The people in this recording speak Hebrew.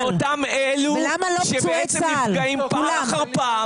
לאותם אלו שבעצם נפגעים פעם אחר פעם